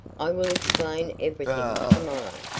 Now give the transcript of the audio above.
i will explain everything to-morrow.